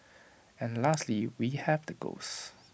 and lastly we have the ghosts